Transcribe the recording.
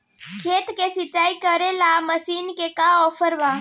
खेत के सिंचाई करेला मशीन के का ऑफर बा?